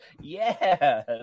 Yes